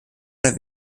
oder